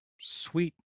sweet